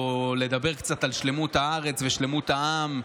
או לדבר קצת על שלמות הארץ ושלמות העם,